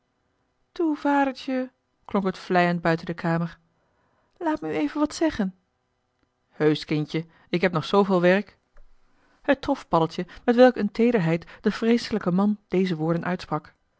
toe vadertje klonk het vleiend buiten de kamer laat me u even wat zeggen joh h been paddeltje de scheepsjongen van michiel de ruijter heusch kindje ik heb nog zoo veel werk het trof paddeltje met welk een teederheid de vreeselijke man deze woorden uitsprak